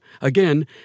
Again